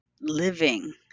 living